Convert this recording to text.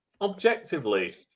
objectively